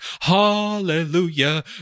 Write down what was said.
hallelujah